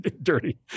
Dirty